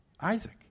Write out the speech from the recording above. Isaac